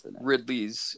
Ridley's